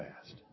fast